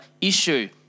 issue